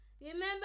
Remember